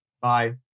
bye